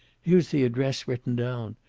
here's the address written down.